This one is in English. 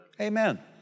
Amen